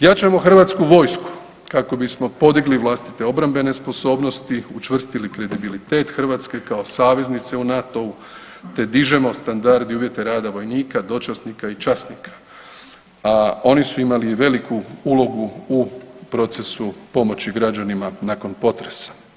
Jačamo HV kako bismo podigli vlastite obrambene sposobnosti, učvrstili kredibilitet Hrvatske kao saveznice u NATO-u, te dižemo standard i uvjete rada vojnika, dočasnika i časnika, a oni su imali i veliku ulogu u procesu pomoći građanima nakon potresa.